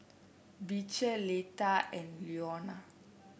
Beecher Leta and Leona